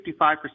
55%